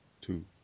Two